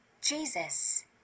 Jesus